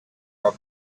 are